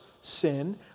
sin